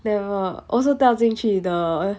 they were also 掉进去的 eh